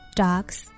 dogs